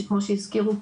שכמו שהזכירו,